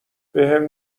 بهم